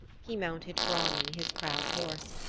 he mounted grani, his proud horse,